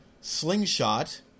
slingshot